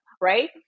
right